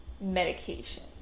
medication